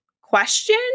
question